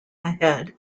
ahead